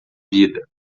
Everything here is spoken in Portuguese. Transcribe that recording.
vida